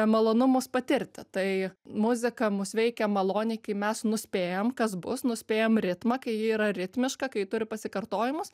malonumus patirti tai muzika mus veikia maloniai kai mes nuspėjam kas bus nuspėjam ritmą kai ji yra ritmiška kai turi pasikartojimus